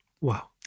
Wow